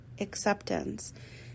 acceptance